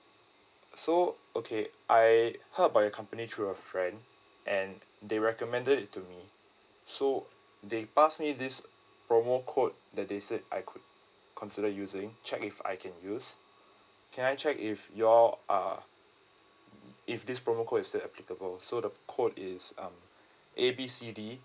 so okay I heard about your company through a friend and they recommended it to me so they passed me this promo code that they said I could consider using check if I can use can I check if you all uh if this promo code is still applicable so the code is um A B C D